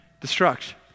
destruction